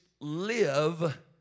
live